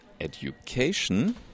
education